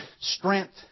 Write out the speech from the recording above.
strength